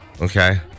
okay